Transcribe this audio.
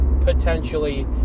potentially